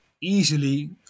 easily